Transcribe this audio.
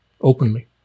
openly